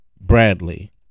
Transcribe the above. Bradley